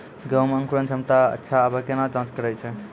गेहूँ मे अंकुरन क्षमता अच्छा आबे केना जाँच करैय छै?